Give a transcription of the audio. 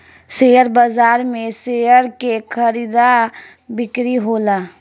share बाजार में share के खरीदा बिक्री होला